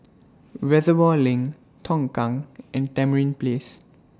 Reservoir LINK Tongkang and Tamarind Place